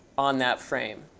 on that frame.